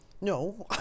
No